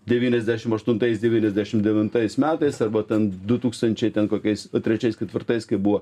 devyniasdešim aštuntais devyniasdešim devintais metais arba ten du tūkstančiai ten kokiais trečiais ketvirtais kai buvo